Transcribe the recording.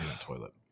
toilet